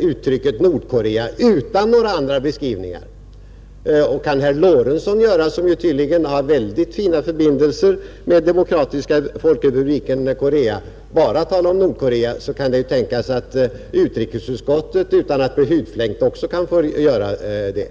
uttrycket Nordkorea utan några andra beskrivningar. Kan herr Lorentzon — som tydligen har synnerligen fina förbindelser med Demokratiska folkrepubliken Korea — bara tala om Nordkorea, kan det ju tänkas att också utrikesutskottet utan att bli hudflängt kan göra det.